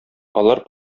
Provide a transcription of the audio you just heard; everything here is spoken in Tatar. алар